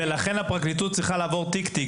לכן הפרקליטות צריכה לעבור תיק-תיק